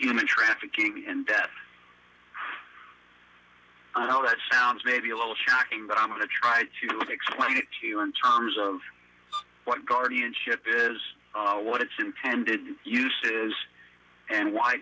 human trafficking and i know that sounds maybe a little shocking but i'm going to try to explain it to you in terms of what guardianship is what it's intended use is and why